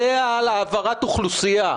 זה על העברת אוכלוסייה,